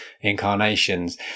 incarnations